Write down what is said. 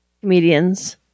Comedians